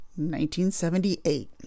1978